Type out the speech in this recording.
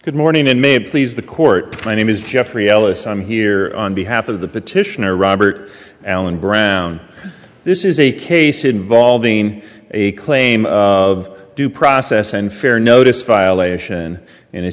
good morning in may it please the court my name is jeffrey ellis i'm here on behalf of the petitioner robert allen brown this is a case involving a claim of due process and fair notice violation in a